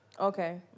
Okay